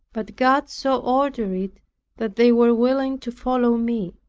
but god so ordered it that they were willing to follow me.